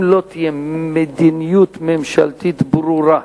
אם לא תהיה מדיניות ממשלתית ברורה,